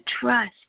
trust